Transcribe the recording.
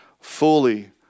fully